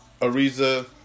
Ariza